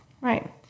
Right